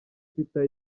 twitter